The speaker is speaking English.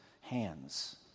hands